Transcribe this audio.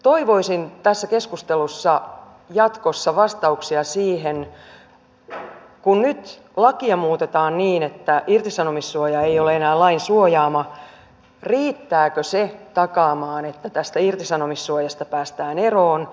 toivoisin tässä keskustelussa jatkossa vastauksia siihen että kun nyt lakia muutetaan niin että irtisanomissuoja ei ole enää lain suojaama riittääkö se takaamaan että tästä irtisanomissuojasta päästään eroon